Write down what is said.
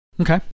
Okay